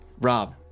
Rob